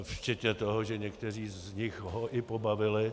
Včetně toho, že někteří z nich ho i pobavili.